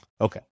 Okay